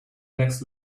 next